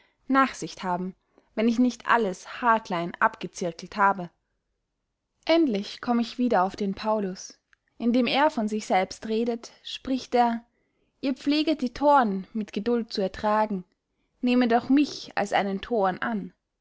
nachsicht haben wenn ich nicht alles haarklein abgezirkelt habe endlich komm ich wieder auf den paulus indem er von sich selbst redet spricht er ihr pfleget die thoren mit geduld zu ertragen nehmet auch mich als einen thoren an